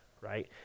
right